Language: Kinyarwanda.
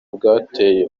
bwateye